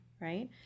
right